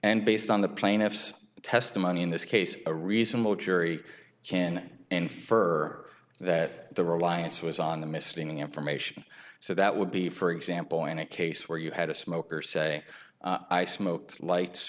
and based on the plaintiff's testimony in this case a reasonable jury can infer that the reliance was on the misleading information so that would be for example in a case where you had a smoker say i smoked lights